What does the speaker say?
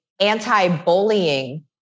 anti-bullying